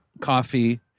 coffee